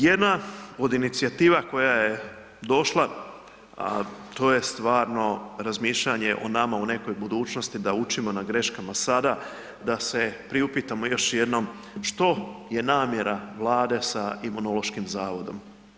Jedna od inicijativa koja je došla, a to je stvarno razmišljanje o nama u nekoj budućnosti da učimo na greškama sada, da se priupitamo još jednom što je namjera Vlade sa Imunološkim zavodom.